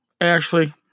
Ashley